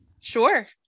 Sure